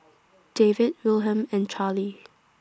David Wilhelm and Charlie